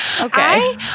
Okay